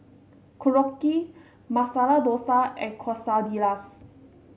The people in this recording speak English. Korokke Masala Dosa and Quesadillas